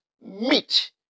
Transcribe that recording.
Meat